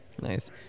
Nice